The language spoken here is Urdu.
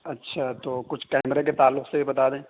اچھا تو کچھ کیمرے کے تعلق سے بھی بتا دیں